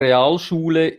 realschule